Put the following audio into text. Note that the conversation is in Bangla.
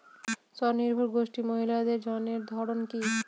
স্বনির্ভর গোষ্ঠীর মহিলাদের ঋণের ধরন কি?